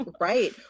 right